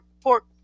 Pork